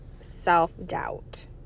self-doubt